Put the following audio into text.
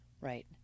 Right